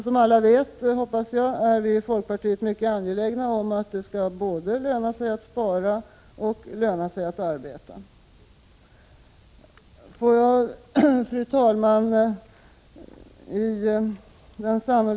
Som alla förhoppningsvis vet är vi i folkpartiet mycket angelägna om att det skall löna sig både att spara och att arbeta. Fru talman!